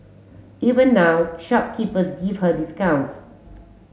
even now shopkeepers give her discounts